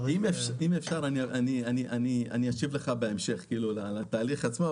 אם אפשר אני אשיב לך בהמשך על התהליך עצמו,